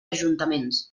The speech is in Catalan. ajuntaments